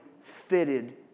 fitted